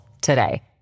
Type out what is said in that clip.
today